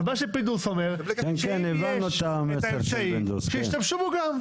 אבל פינדרוס אומר שישתמשו גם בו.